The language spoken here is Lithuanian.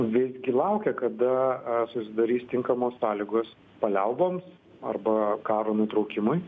visgi laukia kada susidarys tinkamos sąlygos paliauboms arba karo nutraukimui